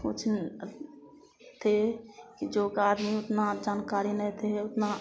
कुछ न थे कि जो कार्य आदमी उतना जानकारी नहीं दिए उतना